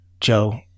Joe